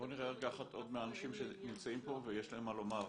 בואו נראה מהאנשים שנמצאים פה ויש להם מה לומר.